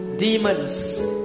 Demons